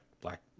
Black